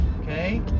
okay